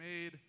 made